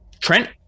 Trent